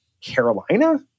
Carolina